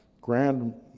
grand